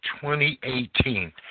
2018